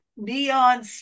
Neon